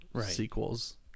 sequels